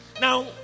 Now